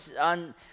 on